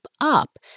up